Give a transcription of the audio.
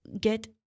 get